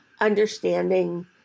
understanding